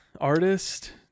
artist